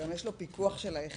וגם יש לו פיקוח של היחידה,